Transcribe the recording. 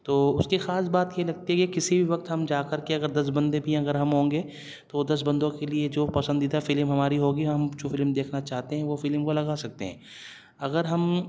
تو اس کی خاص بات یہ لگتی ہے کسی بھی وقت ہم جا کر کے اگر دس بندے بھی اگر ہم ہوں گے تو دس بندوں کے لئے جو پسندیدہ فلم ہماری ہوگی ہم جو فلم دیکھنا چاہتے ہیں وہ فلم وہ لگا سکتے ہیں اگر ہم